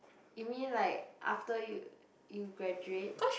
you mean like after you you graduate